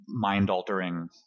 mind-altering